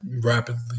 rapidly